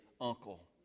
uncle